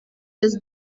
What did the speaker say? des